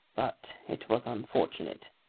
but it was unfortunate.